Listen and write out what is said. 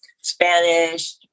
Spanish